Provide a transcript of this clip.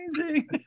amazing